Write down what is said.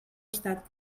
estat